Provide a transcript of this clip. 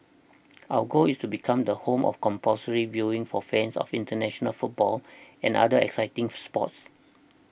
our goal is become the home of compulsory viewing for fans of international football and other exciting sports